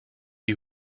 die